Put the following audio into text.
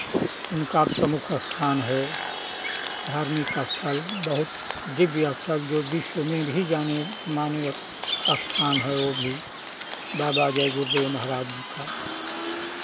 उनका प्रमुख स्थान है धार्मिक स्थल बहुत दिव्य स्थल जो विश्व में भी जाने माने स्थान है वो भी बाबा जय गुरुदेव महाराज जी का